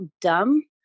dumb